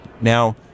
Now